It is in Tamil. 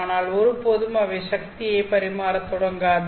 ஆனால் ஒருபோதும் அவை சக்தியை பரிமாறத் தொடங்காது